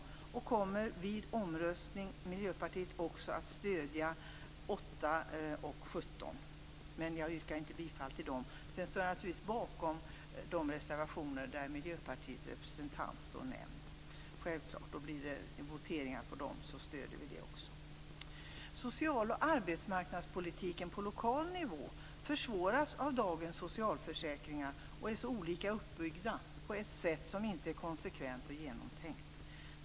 Miljöpartiet kommer vid omröstning att också stödja reservationerna 8 och 17, men jag yrkar inte bifall till dem. Jag står naturligtvis bakom de reservationer där Miljöpartiets representant står nämnd. Om det blir voteringar om dem stöder vi också dem. Social och arbetsmarknadspolitiken på lokal nivå försvåras av dagens socialförsäkringar och är uppbyggd på ett sätt som inte är konsekvent och genomtänkt.